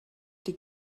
die